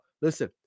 Listen